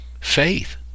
faith